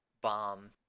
bomb